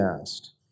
asked